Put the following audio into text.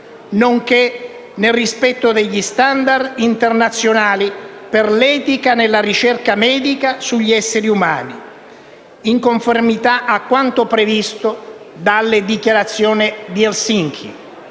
nonché nel rispetto degli standard internazionali per l'etica nella ricerca medica sugli esseri umani, in conformità a quanto previsto dalla Dichiarazione di Helsinki